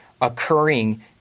occurring